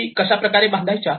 भिंती कशाप्रकारे बांधायच्या